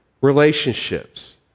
relationships